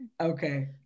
Okay